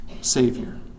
Savior